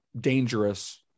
dangerous